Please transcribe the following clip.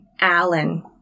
Allen